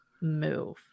move